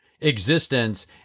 existence